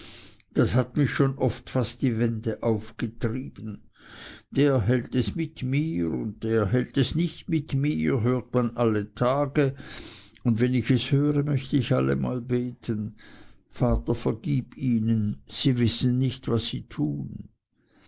das hat mich schon oft fast die wände aufgetrieben der hält es mit mir und der hält es nicht mit mir hört man alle tage und wenn ich es höre möchte ich allemal beten vater vergib ihnen sie wissen nicht was sie tun